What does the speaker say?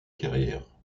carrière